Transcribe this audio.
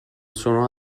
sono